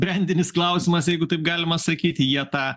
brendinis klausimas jeigu taip galima sakyti jie tą